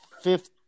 fifth